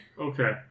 Okay